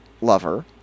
lover